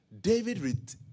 David